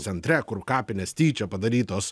centre kur kapinės tyčia padarytos